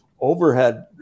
overhead